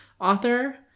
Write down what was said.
author